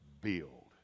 build